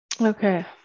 okay